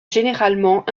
généralement